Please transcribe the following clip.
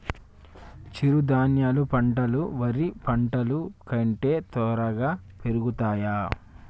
చిరుధాన్యాలు పంటలు వరి పంటలు కంటే త్వరగా పెరుగుతయా?